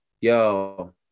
Yo